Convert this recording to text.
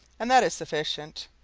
and that is sufficient.